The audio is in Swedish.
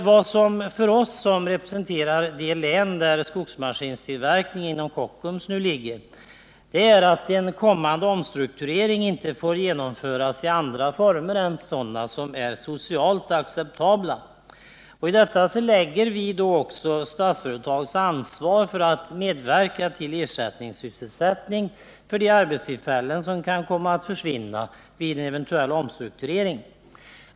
Vad som är viktigt för oss, som representerar de län där skogsmaskinstillverkningen inom Kockums ligger, är att en kommande omstrukturering inte får genomföras i andra former än sådana som är socialt acceptabla. I detta lägger vi då också Statsföretags ansvar för att medverka till ersättningssysselsättning för de arbetstillfällen som kan komma att försvinna vid en eventuell omstrukturering.